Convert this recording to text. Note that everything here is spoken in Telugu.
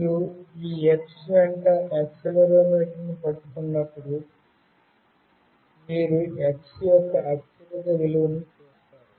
మీరు ఈ X వెంట యాక్సిలెరోమీటర్ను పట్టుకున్నప్పుడు అప్పుడు మీరు X యొక్క అత్యధిక విలువను చూస్తారు